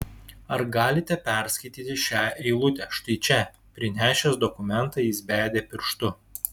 ar galite perskaityti šią eilutę štai čia prinešęs dokumentą jis bedė pirštu